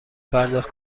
پرداخت